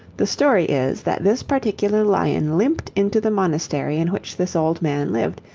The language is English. the story is that this particular lion limped into the monastery in which this old man lived,